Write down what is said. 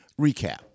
recap